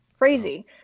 crazy